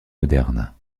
moderne